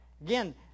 Again